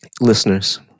Listeners